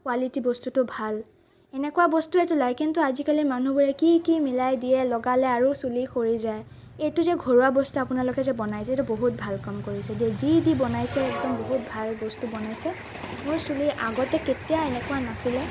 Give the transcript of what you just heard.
quality বস্তুটো ভাল এনেকুৱা বস্তুৱেতো লয় কিন্তু আজিকালি মানুহবোৰে কি কি মিলাই দিয়ে লগালে আৰু চুলি সৰি যায় এইটো যে ঘৰুৱা বস্তু আপোনালোকে যে বনায় যে এইটো বহুত ভাল কাম কৰিছে দেই যি দি বনাইছে একদম বহুত ভাল বস্তু বনাইছে মোৰ চুলি আগতে কেতিয়াও এনেকুৱা নাছিলে